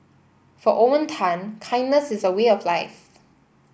for Owen Tan kindness is a way of life